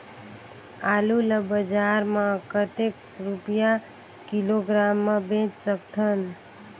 आलू ला बजार मां कतेक रुपिया किलोग्राम म बेच सकथन?